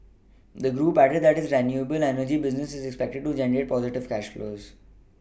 the group added that its renewable energy business is expected to generate positive cash flows